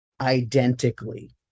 identically